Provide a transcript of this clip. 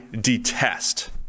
detest –